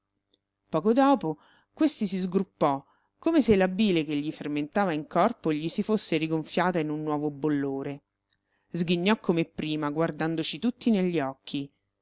poco dopo questi si sgruppò come se la bile che gli fermentava in corpo gli si fosse rigonfiata in un nuovo bollore sghignò come prima guardandoci tutti negli occhi